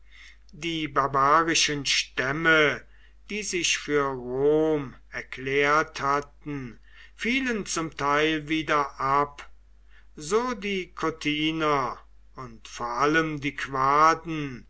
die barbarischen stämme die sich für rom erklärt hatten fielen zum teil wieder ab so die cotiner und vor allem die